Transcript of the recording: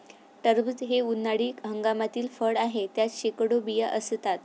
टरबूज हे उन्हाळी हंगामातील फळ आहे, त्यात शेकडो बिया असतात